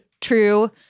true